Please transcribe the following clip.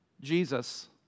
Jesus